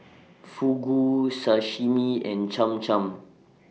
Fugu Sashimi and Cham Cham